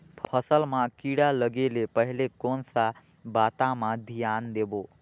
फसल मां किड़ा लगे ले पहले कोन सा बाता मां धियान देबो?